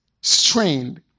strained